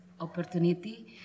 opportunity